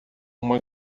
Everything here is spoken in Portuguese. uma